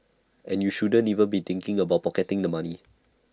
and you shouldn't even be thinking about pocketing the money